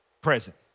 present